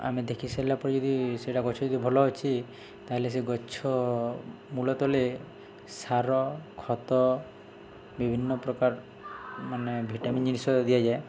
ଆମେ ଦେଖିସାରିଲା ପରେ ଯଦି ସେଇଟା ଗଛ ଯଦି ଭଲ ଅଛି ତାହେଲେ ସେ ଗଛ ମୂଳ ତଳେ ସାର ଖତ ବିଭିନ୍ନ ପ୍ରକାର ମାନେ ଭିଟାମିନ୍ ଜିନିଷ ଦିଆଯାଏ